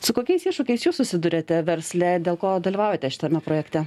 su kokiais iššūkiais jūs susiduriate versle dėl ko dalyvaujate šitame projekte